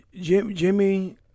Jimmy